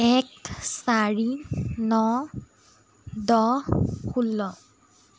এক চাৰি ন দহ ষোল্ল